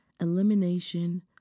Elimination